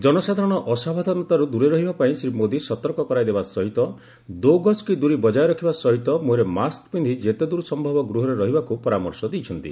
ଜନସାଧାରଣ ଅସାବଧାନତାରୁ ଦୂରେଇ ରହିବା ପାଇଁ ଶ୍ରୀ ମୋଦୀ ସତର୍କ କରାଇଦେବା ସହିତ ଦୋ ଗଜ୍ କି ଦୂରୀ ବଜାୟ ରଖିବା ସହିତ ମୁହଁରେ ମାସ୍କ ପିନ୍ଧି ଯେତେଦ୍ର ସମ୍ଭବ ଗୃହରେ ରହିବାକୁ ପରାମର୍ଶ ଦେଇଛନ୍ତି